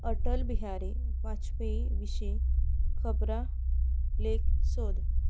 अटल बिहारी वाजपेयी विशीं खबरां लेक सोद